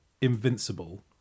invincible